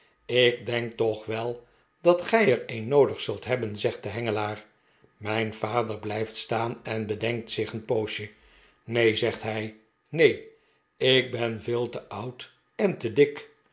ik denk toch wel dat gij er een noodig zult hebben zegt de hengelaar mijn vader blijft staan en bedenkt zich een poosje neen zegt hij neen ik ben veel te oud en te dik